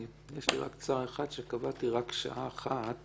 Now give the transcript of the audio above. יש לי רק צער אחד שקבעתי רק שעה אחת